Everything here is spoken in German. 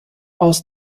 aus